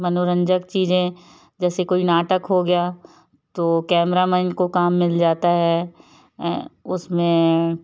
मनोरंजक चीज़ें जैसे कोई नाटक हो गया तो कैमरामैन को काम मिल जाता है उस में